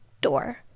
door